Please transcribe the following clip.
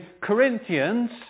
Corinthians